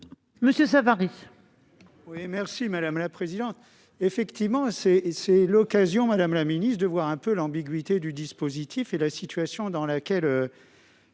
monsieur Savary,